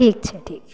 ठीक छै ठीक छै